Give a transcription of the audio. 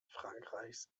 frankreichs